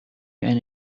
and